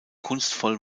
kunstvoll